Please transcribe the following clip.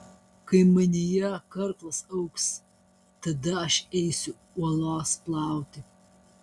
kai manyje karklas augs tada aš eisiu uolos plauti